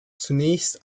zunächst